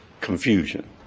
confusion